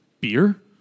beer